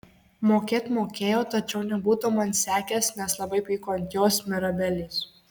mokėt mokėjo tačiau nebūtų man sekęs nes labai pyko ant jos mirabelės